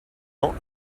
ans